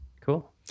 Cool